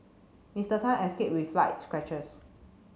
Mister Tan escaped with light scratches